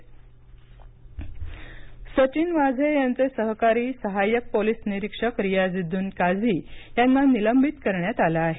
NIA Sachin Vaze यांचे सहकारी सहाय्यक पोलिस निरीक्षक रियाझुद्दीन काझी यांना निलंबित करण्यात आलं आहे